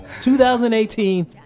2018